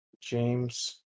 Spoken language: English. james